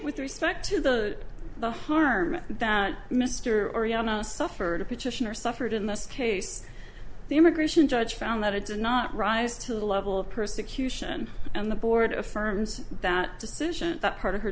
with respect to the the harm that mr oriana suffered a petitioner suffered in this case the immigration judge found that it did not rise to the level of persecution and the board affirms that decision not part of her